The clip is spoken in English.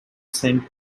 saint